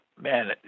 man